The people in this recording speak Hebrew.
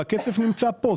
והכסף נמצא פה.